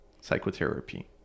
psychotherapy